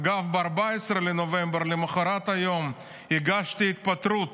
אגב ב-14 בנובמבר, למוחרת היום, הגשתי התפטרות